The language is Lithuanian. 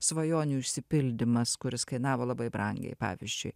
svajonių išsipildymas kuris kainavo labai brangiai pavyzdžiui